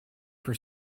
for